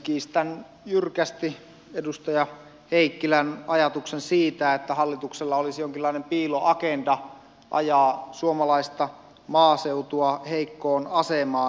kiistän jyrkästi edustaja heikkilän ajatuksen siitä että hallituksella olisi jonkinlainen piiloagenda ajaa suomalaista maaseutua heikkoon asemaan